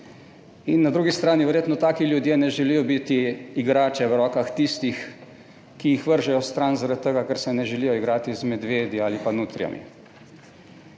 in na drugi strani verjetno taki ljudje ne želijo biti igrače v rokah tistih, ki jih vržejo stran zaradi tega, ker se ne želijo igrati z medvedi ali pa nutrijami.